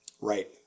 Right